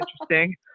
interesting